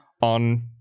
on